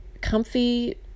comfy